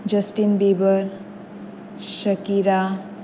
justin bieber shakira